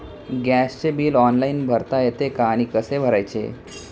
गॅसचे bill online भरता येते का आणि कसे भरायचे?